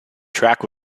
track